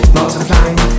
multiplying